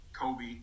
Kobe